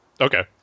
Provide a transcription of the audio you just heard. okay